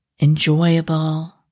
enjoyable